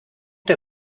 der